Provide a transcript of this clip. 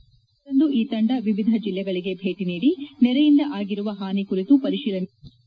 ಇದೇ ಲರಂದು ಈ ತಂಡ ವಿವಿಧ ಜಿಲ್ಲೆಗಳಿಗೆ ಭೇಟಿ ನೀಡಿ ನೆರೆಯಿಂದ ಆಗಿರುವ ಹಾನಿ ಕುರಿತು ಪರಿಶೀಲನೆ ನಡೆಸಲಿದೆ